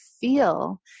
feel